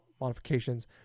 modifications